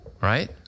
Right